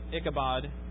Ichabod